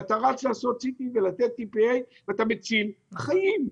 אתה רץ לעשות CT ואתה מציל חיים.